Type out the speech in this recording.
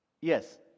yes